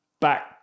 back